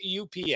UPS